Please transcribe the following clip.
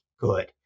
good